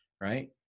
right